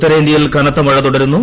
ഉത്തരേന്തൃയിൽ കനത്ത മഴ തുടരുന്നു